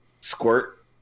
squirt